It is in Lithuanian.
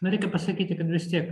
na reikia pasakyti kad vis tiek